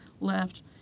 left